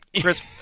Chris